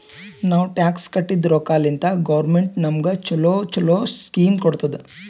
ನಾವ್ ಟ್ಯಾಕ್ಸ್ ಕಟ್ಟಿದ್ ರೊಕ್ಕಾಲಿಂತೆ ಗೌರ್ಮೆಂಟ್ ನಮುಗ ಛಲೋ ಛಲೋ ಸ್ಕೀಮ್ ಕೊಡ್ತುದ್